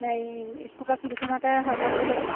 হেৰি স্কুলৰ ফিল্ডখনতে হ'ব বুলি কবি